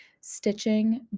stitching